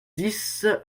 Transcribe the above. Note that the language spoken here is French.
dix